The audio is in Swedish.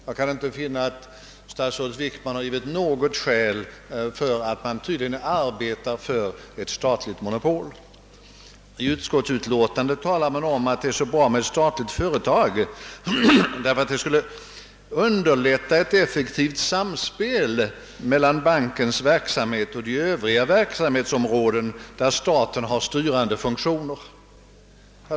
Jag kan inte finna att statsrådet Wickman givit något skäl till att man tydligt arbe tar för ett statligt monopol. I utskottsutlåtandet talar man om att det är bra med ett statligt företag, därför att detta skulle underlätta ett effektivt samspel mellan bankens verksamhet och övriga verksamhetsområden, där staten har styrande funktioner.